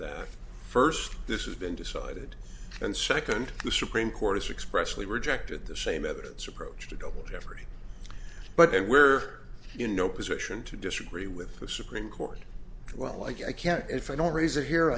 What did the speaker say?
that first this has been decided and second the supreme court's expressively rejected the same evidence approach to double jeopardy but they were in no position to disagree with the supreme court well like i can't if i don't raise it here